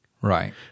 Right